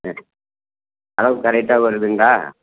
ஆ அளவு கரெக்டாக வருதுங்களா